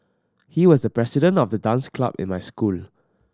he was the president of the dance club in my school